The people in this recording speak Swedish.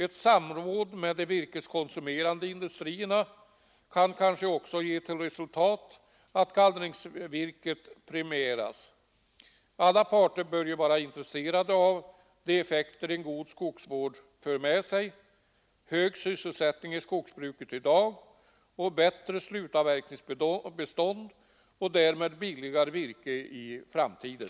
Ett samråd med de virkeskonsumerande industrierna kan kanske också ge till resultat att gallringsvirket premieras. Alla parter bör ju vara intresserade av de effekter en god skogsvård för med sig — hög sysselsättning i skogsbruket i dag, bättre slutavverkningsbestånd och därmed billigare virke i framtiden.